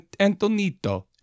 Antonito